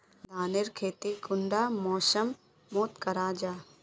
धानेर खेती कुंडा मौसम मोत करा जा?